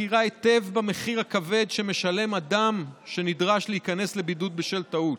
מכירה היטב במחיר הכבד שמשלם אדם שנדרש להיכנס לבידוד בשל טעות.